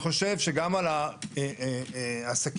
החוק הזה יחול כי שם משתמשים באותן